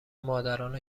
مادران